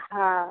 हाँ